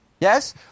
Yes